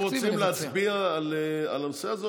אתם רוצים להצביע על הנושא הזה,